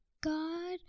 God